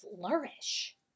flourish